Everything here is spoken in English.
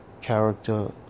character